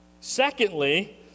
Secondly